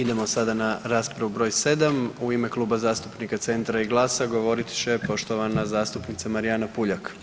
Idemo sada na raspravu broj sedam u ime Kluba zastupnika Centra i GLAS-a govorit će poštovana zastupnica Marijana PUljak.